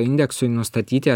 indeksui nustatyti